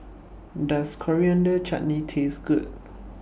Does Coriander Chutney Taste Good